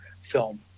film